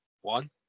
One